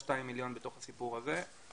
11.2 מיליון בתוך הסיפור הזה.